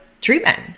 treatment